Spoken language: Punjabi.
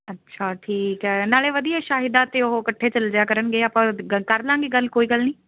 ਅੱਛਾ ਠੀਕ ਹੈ ਨਾਲੇ ਵਧੀਆ ਸ਼ਾਹਿਦਾ ਅਤੇ ਉਹ ਇਕੱਠੇ ਚੱਲ ਜਾਇਆ ਕਰਨਗੇ ਆਪਾਂ ਕਰ ਲਾਂਗੇ ਗੱਲ ਕੋਈ ਗੱਲ ਨਹੀਂ